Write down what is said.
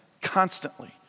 constantly